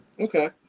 Okay